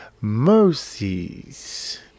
mercies